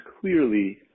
clearly